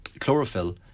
chlorophyll